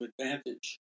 advantage